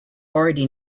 already